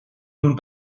nun